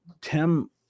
Tim